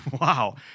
wow